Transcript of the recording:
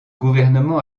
gouvernement